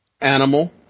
Animal